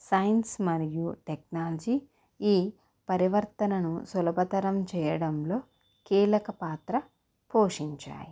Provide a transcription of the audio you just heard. science మరియు technology ఈ పరివర్తనను సులభతరం చేయడంలో కీలక పాత్ర పోషించాయి